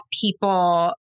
people